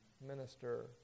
minister